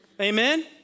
Amen